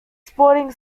sporting